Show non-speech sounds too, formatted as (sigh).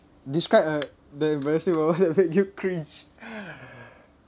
describe a the embarrassing moment (laughs) that make you cringe (breath)